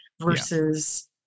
versus-